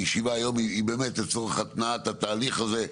הישיבה היום היא לצורך התנעת התהליך הזה,